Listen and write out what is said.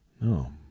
No